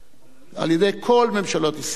ל-1967.